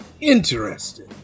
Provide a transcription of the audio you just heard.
interesting